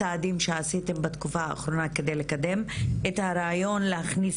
שעשיתם בתקופה האחרונה כדי לקדם את הרעיון להכניס